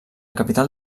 capital